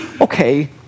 okay